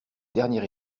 dernier